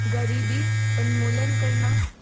ग़रीबी उन्मूलन करना